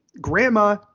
Grandma